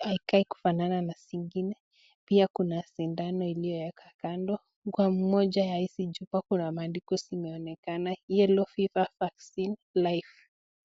haikai kufanana na zingine. Pia kuna sindano iliyoekwa kando, kwa moja ya hizi chupa kuna maandiko inayoonekana Yellow Fever Vaccine Live .